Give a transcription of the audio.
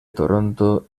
toronto